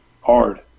hard